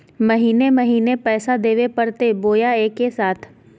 महीने महीने पैसा देवे परते बोया एके साथ?